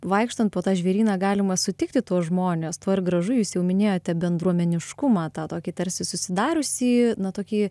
vaikštant po tą žvėryną galima sutikti tuos žmones tuo ir gražu jūs jau minėjote bendruomeniškumą tą tokį tarsi susidariusį na tokį